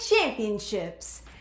Championships